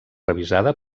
revisada